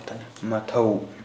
ꯃꯊꯧ